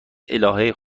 الهه